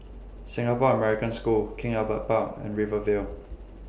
Singapore American School King Albert Park and Rivervale